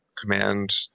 command